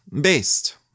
based